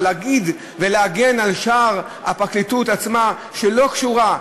אבל להגיד ולהגן על שאר הפרקליטות עצמה שלא קשורה.